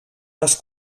les